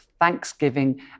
thanksgiving